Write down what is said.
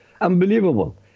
Unbelievable